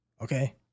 Okay